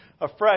afresh